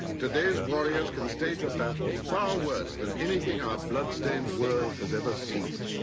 today's warriors can stage a battle far worse than anything our bloodstained world has ever seen.